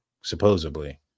supposedly